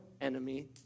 enemy